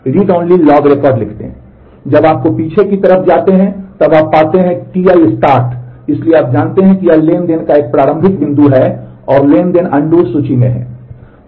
अब जब आप पीछे की तरफ जाते हैं जब आप पाते हैं Ti start इसलिए आप जानते हैं कि यह ट्रांज़ैक्शन का एक प्रारंभिक बिंदु है और ट्रांज़ैक्शन अनडू सूची में है